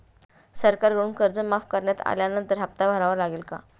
सरकारकडून कर्ज माफ करण्यात आल्यानंतर हप्ता भरावा लागेल का?